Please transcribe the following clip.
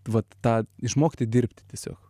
vat tą išmokti dirbti tiesiog